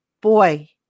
boy